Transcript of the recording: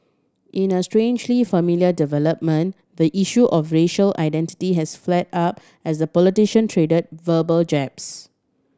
in a strangely familiar development the issue of racial identity has flared up as the politician traded verbal jabs